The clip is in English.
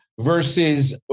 versus